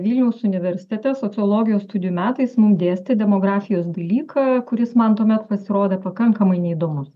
vilniaus universitete sociologijos studijų metais mum dėstė demografijos dalyką kuris man tuomet pasirodė pakankamai neįdomus